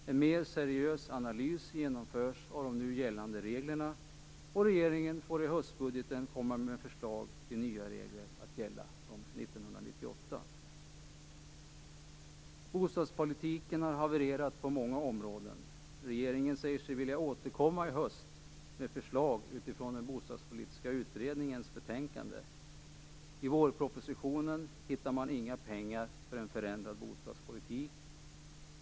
En mer seriös analys genomförs av de nu gällande reglerna, och regeringen får i höstbudgeten komma med förslag till nya regler att gälla fr.o.m. 1998. Bostadspolitiken har havererat på många områden. Regeringen säger sig vilja återkomma i höst med förslag utifrån Bostadspolitiska utredningens betänkande. I vårpropositionen hittar man inga pengar för en förändrad bostadspolitik.